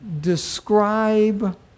describe